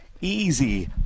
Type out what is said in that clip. Easy